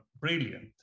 brilliant